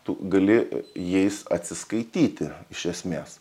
tu gali jais atsiskaityti iš esmės